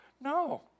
No